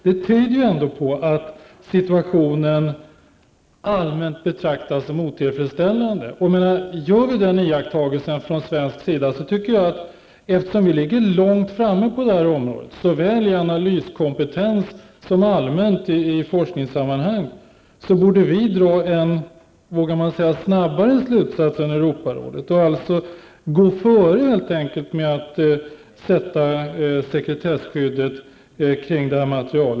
Det tyder på att situationen allmänt betraktas som otillfredsställande. Eftersom vi i Sverige ligger långt framme på detta område, såväl när det gäller analyskompetens som allmänt i forskningssammanhang, borde vi dra slutsatsen av denna iakttagelse snabbare än Europarådet och helt enkelt gå före när det gäller sekretesskyddet för detta material.